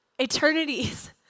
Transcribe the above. eternities